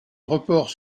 report